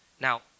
Now